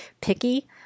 picky